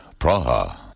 Praha